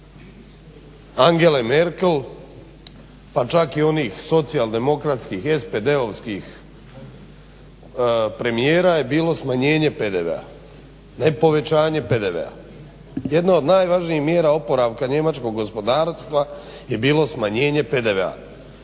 Angele Merkel pa čak i onih socijaldemokratskih i SDP-ovskih premijera je bilo smanjenje PDV-a ne povećanje PDV-a. Jedna od najvažnijih mjere oporavka njemačkog gospodarstva je bilo smanjenje PDV-a.